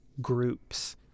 groups